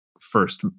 first